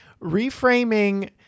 reframing